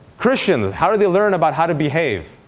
christians how do they learn about how to behave?